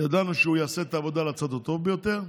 ידענו שהוא יעשה את העבודה על הצד הטוב ביותר,